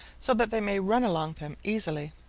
so that they may run along them easily.